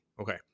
Okay